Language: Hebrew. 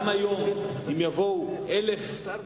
גם היום, אם יבואו 1,000